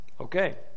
Okay